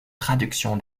traduction